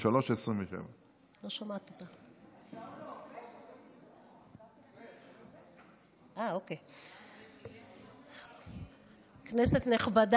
03:27. כנסת נכבדה,